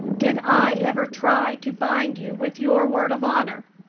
did i ever try to bind you with your word of honor?